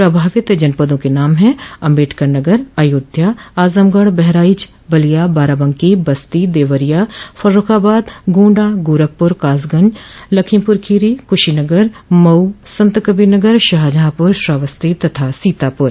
प्रभावित जनपदों के नाम है अम्बेडकर नगर अयोध्या आजमगढ़ बहराइच बलिया बाराबंकी बस्ती देवरिया फर्रूखाबाद गोण्डा गोरखपुर कासगंज लखीमपुर खीरी कुशीनगर मऊ संतकबीरनगर शाहजहांपुर श्रावस्ती तथा सीतापुर